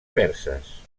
perses